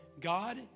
God